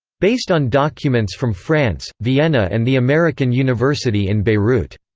based on documents from france, vienna and the american university in beirut.